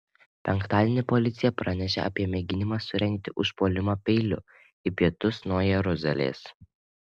penktadienį policija pranešė apie mėginimą surengti užpuolimą peiliu į pietus nuo jeruzalės